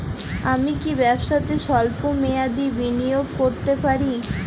আমি কি ব্যবসাতে স্বল্প মেয়াদি বিনিয়োগ করতে পারি?